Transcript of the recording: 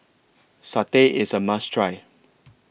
Satay IS A must Try